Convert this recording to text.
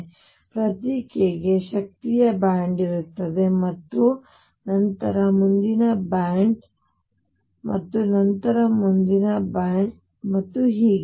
ಆದ್ದರಿಂದ ಪ್ರತಿ k ಗೆ ಶಕ್ತಿಗಳ ಬ್ಯಾಂಡ್ ಇರುತ್ತದೆ ಮತ್ತು ನಂತರ ಮುಂದಿನ ಬ್ಯಾಂಡ್ ಮತ್ತು ನಂತರ ಮುಂದಿನ ಬ್ಯಾಂಡ್ ಮತ್ತು ಹೀಗೆ